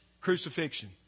crucifixion